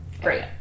Great